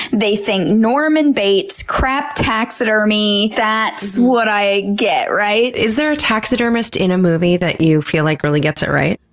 they think norman bates crap taxidermy, that's what i get, right? is there a taxidermist in a movie that you feel like really gets it right?